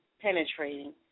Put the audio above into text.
penetrating